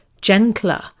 gentler